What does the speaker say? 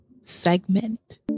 segment